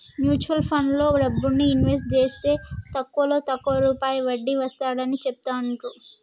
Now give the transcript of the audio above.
mutual ఫండ్లలో డబ్బుని invest జేస్తే తక్కువలో తక్కువ రూపాయి వడ్డీ వస్తాడని చెబుతాండ్రు